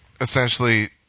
essentially